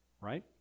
right